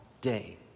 day